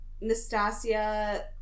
Nastasia